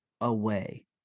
away